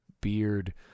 beard